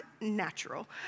natural